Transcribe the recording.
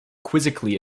quizzically